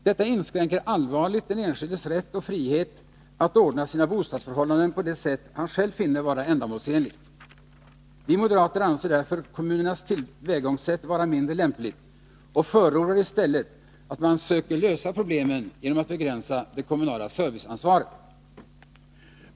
Detta inskränker allvarligt den enskildes rätt och frihet att ordna sina bostadsförhållanden på det sätt han själv finner vara ändamålsenligt. Vi moderater anser därför kommunernas tillvägagångssätt vara mindre lämpligt och förordar i stället att man söker lösa problemen genom att begränsa det kommunala serviceansvaret.